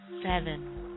seven